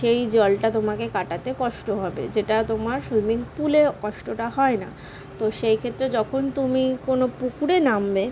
সেই জলটা তোমাকে কাটাতে কষ্ট হবে যেটা তোমার সুইমিং পুলে কষ্টটা হয় না তো সেই ক্ষেত্রে যখন তুমি কোনো পুকুরে নামবে